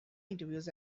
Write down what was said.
interviews